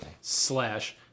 Slash